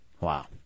Wow